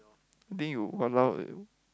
I think you !walao! eh